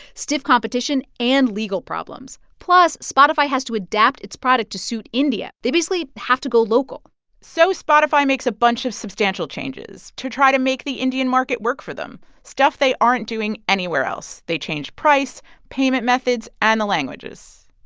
stiff competition and legal problems. plus, spotify has to adapt its product to suit india. they basically have to go local so spotify makes a bunch of substantial changes to try to make the indian market work for them stuff they aren't doing anywhere else. they change price, payment methods and the languages.